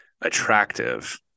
attractive